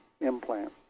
implant